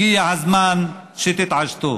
הגיע הזמן שתתעשתו.